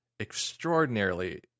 extraordinarily